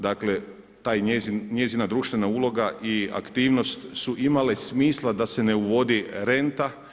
Dakle ta njezina društvena uloga i aktivnost su imale smisla da se ne uvodi renta.